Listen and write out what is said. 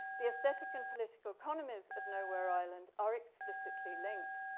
the aesthetic and political economies of nowhereisland are explicitly linked,